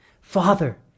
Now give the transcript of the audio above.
Father